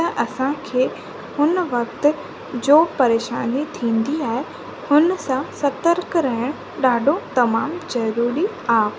त असांखे हुन वक्तु जो परेशानी थींदी आहे हुन सां सर्तकु रहण ॾाढो तमामु जरूरी आहे